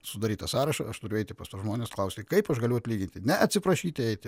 sudarytą sąrašą aš turiu eiti pas žmones klausti kaip aš galiu atlyginti ne atsiprašyti eiti